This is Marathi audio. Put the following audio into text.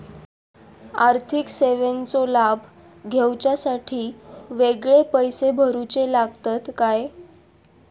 आर्थिक सेवेंचो लाभ घेवच्यासाठी वेगळे पैसे भरुचे लागतत काय?